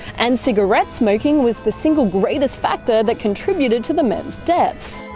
and cigarette smoking was the single greatest factor that contributed to the men's death.